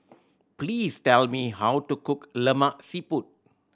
please tell me how to cook Lemak Siput